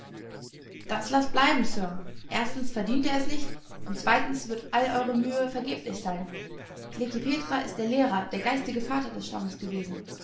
das laßt bleiben sir erstens verdient er es nicht und zweitens wird alle eure mühe vergeblich sein klekih petra ist der lehrer der geistige vater des stammes gewesen